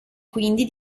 quindi